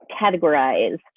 categorized